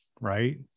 right